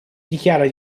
dichiara